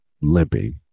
limping